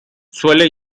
suele